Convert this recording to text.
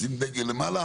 לשים דגל למעלה